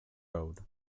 road